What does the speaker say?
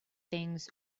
things